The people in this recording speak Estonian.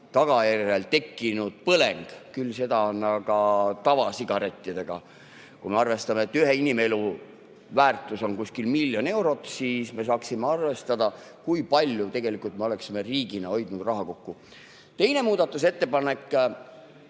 oleks tekkinud põleng. Küll seda on [juhtunud] tavasigarettidega. Kui me arvestame, et ühe inimelu väärtus on kuskil miljon eurot, siis me saame arvestada, kui palju tegelikult me oleksime riigina hoidnud raha kokku. Teine muudatusettepanek